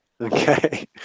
Okay